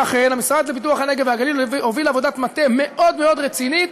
ואכן המשרד לפיתוח הנגב והגליל הוביל עבודת מטה מאוד מאוד רצינית,